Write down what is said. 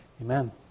Amen